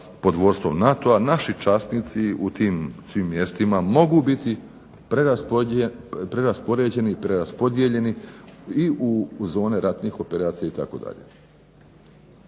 pod vodstvom NATO-a naši časnici u tim svim mjestima mogu biti preraspoređeni, preraspodijeljeni i u zone ratnih operacije itd..